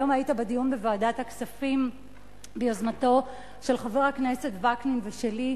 היום היית בדיון בוועדת הכספים ביוזמתו של חבר הכנסת וקנין וביוזמתי.